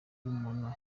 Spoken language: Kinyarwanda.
bumuntu